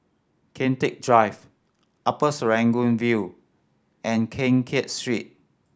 Kian Teck Drive Upper Serangoon View and Keng Kiat Street